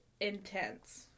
intense